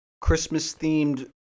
Christmas-themed